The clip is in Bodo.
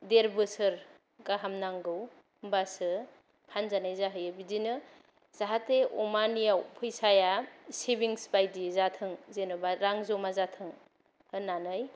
देर बोसोर गाहाम नांगौ होनबासो फानजानाय जाहैयो बिदिनो जाहाते अमानियाव फैसाया सेभिंस बायदि जाथों जेन'बा रां जमा जाथों होननानै